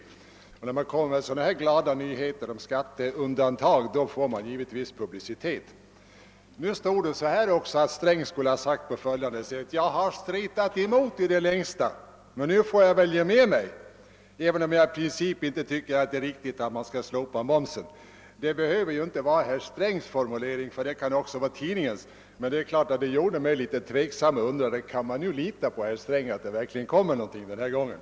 När finansministern kommer med sådana här glada nyheter om skattesänkning får ban givetvis publicitet. Enligt tidningen skulle finansministern dessutom ha sagt följande: »Jag har stretat emot i det längsta men nu får jag väl ge med mig, även om jag i princip inte tycker att det är riktigt att man skall slopa momsen.» Detta behöver ju inte vara herr Strängs formulering; det kan vara tidningens. Men detta gjorde mig litet tveksam och jag undrade, om man nu kunde lita på herr Sträng och om det verkligen skulle ske någonting den här gången.